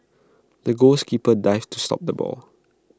the goals keeper dived to stop the ball